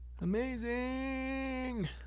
Amazing